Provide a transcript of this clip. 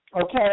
okay